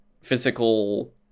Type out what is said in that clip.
physical